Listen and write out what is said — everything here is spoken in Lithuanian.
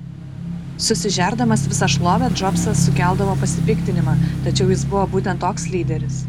susižerdamas visą šlovę džobsas sukeldavo pasipiktinimą tačiau jis buvo būtent toks lyderis